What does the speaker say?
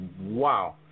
wow